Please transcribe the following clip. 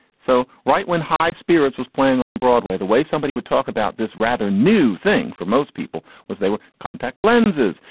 so rightwhen high spirits was playing on broadway. the way somebody would talk about this rather new thing for most people was they were contact lenses.